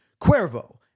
Cuervo